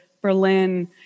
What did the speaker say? Berlin